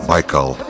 Michael